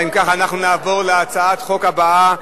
אם כך, אנחנו נעבור להצעת החוק הבאה,